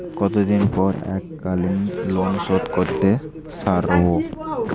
কতদিন পর এককালিন লোনশোধ করতে সারব?